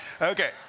Okay